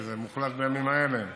כי זה מוחלט בימים האלה.